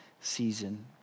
season